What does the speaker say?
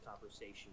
conversation